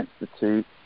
Institute